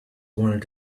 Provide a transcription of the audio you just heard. wanted